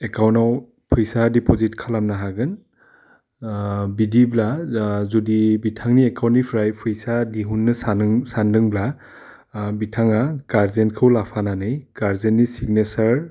एकाउन्टाव फैसा डेफजिट खालामनो हागोन ओह बिदिब्ला ओह जुदि बिथांनि एकाउन्टनिफ्राइ फैसा दिहुनो सानो सानदोंब्ला ओह बिथाङा गार्डजेनखौ लाफानानै गार्डजेननि सिगनेचार